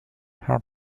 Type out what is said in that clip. her